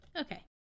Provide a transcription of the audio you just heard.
Okay